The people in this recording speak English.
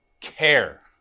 care